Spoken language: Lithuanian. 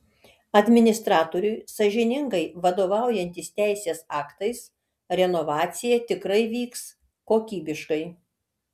administratoriui sąžiningai vadovaujantis teisės aktais renovacija tikrai vyks kokybiškai